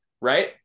right